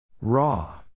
raw